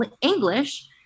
English